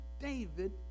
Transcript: David